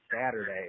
Saturday